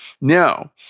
Now